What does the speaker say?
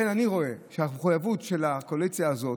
אני רואה שהמחויבות של הקואליציה הזאת,